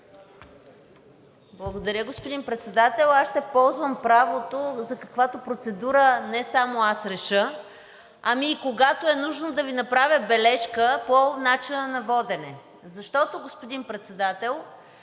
Благодаря, господин Председател. Аз ще ползвам правото за каквато процедура не само аз реша, ами и когато е нужно, да Ви направя бележка по начина на водене. Защото, господин Председател,